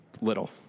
little